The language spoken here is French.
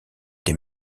des